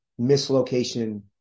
mislocation